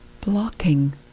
blocking